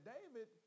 David